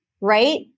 right